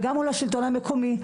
וגם מול השלטון המקומי,